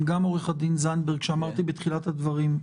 גם אני אצביע לפי החלטת הסיעה,